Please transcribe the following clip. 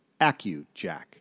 AccuJack